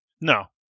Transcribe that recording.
no